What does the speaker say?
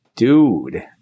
Dude